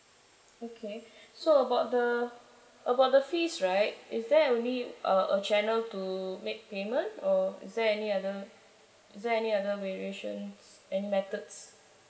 okay so about the about the fees right is there only uh a channel to make payment or is there any other is there any other variations and methods